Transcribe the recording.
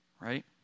right